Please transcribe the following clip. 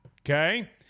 Okay